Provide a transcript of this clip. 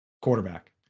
quarterback